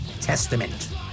Testament